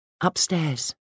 upstairs